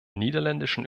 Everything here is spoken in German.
niederländischen